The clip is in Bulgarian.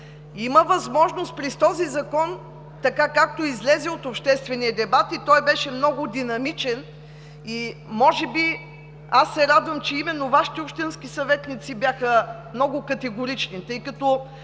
Има възможност през този закон, така както излезе от обществения дебат, който беше много динамичен, и може би аз се радвам, че именно Вашите общински съветници бяха много категорични, тъй като